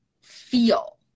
feel